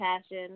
passion